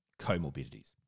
comorbidities